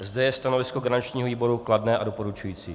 Zde je stanovisko garančního výboru kladné a doporučující.